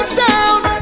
sound